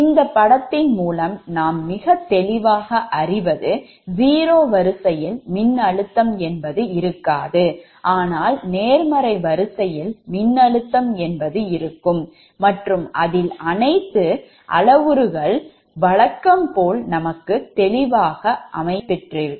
இந்தப்படத்தின் மூலம் நாம் மிகத் தெளிவாக அறிவது 0வரிசையில் மின்னழுத்தம் என்பது இருக்காது ஆனால் நேர்மறை வரிசையில் மின்னழுத்தம் என்பது இருக்கும் மற்றும் அதில் அனைத்து அளவுருக்கள் வழக்கம் போல் நமக்கு தெளிவாக அமையப்பெற்றிருக்கும்